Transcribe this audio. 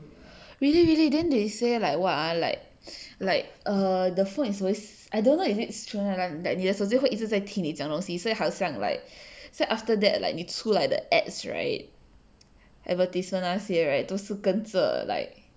really really then they say like what ah like like err the phone is always I don't know if it's true that 你的手机会一直在听你讲东西所以好像 like so after that like 你出 like the ads right advertisement 那些 right 都是跟着 like